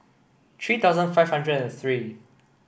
three thousand five hundred and three